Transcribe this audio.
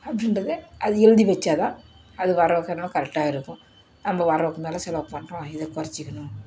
அப்படின்றத அது எழுதி வைச்சா தான் அது வரவு செலவு கரெக்டாக இருக்கும் நம்ம வரவுக்கு மேல செலவு பண்ணுறோம் இதை குறைச்சிக்கணும்